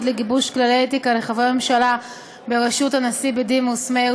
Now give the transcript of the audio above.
לגיבוש כללי אתיקה לחברי ממשלה בראשות הנשיא בדימוס מאיר